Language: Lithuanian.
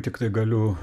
tiktai galiu